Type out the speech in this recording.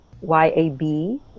Y-A-B